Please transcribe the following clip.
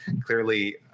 Clearly